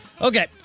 Okay